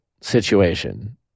situation